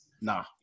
Nah